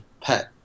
pet